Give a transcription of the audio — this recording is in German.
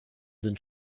sind